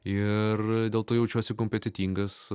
ir dėl to jaučiuosi kompetentingas